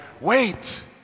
wait